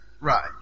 Right